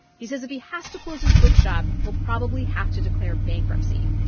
he says if he has to close his bookshop, he'll probably have to declare bankruptcy.